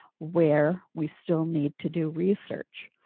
where we still need to do research.